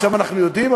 עכשיו אנחנו יודעים,